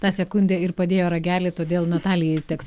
tą sekundę ir padėjo ragelį todėl natalijai teks